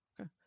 Okay